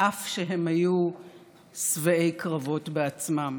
אף שהם היו שבעי קרבות בעצמם.